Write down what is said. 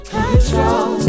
Control